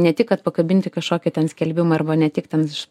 ne tik kad pakabinti kažkokį ten skelbimą arba ne tiek ten iš